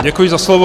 Děkuji za slovo.